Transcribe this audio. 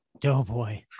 doughboy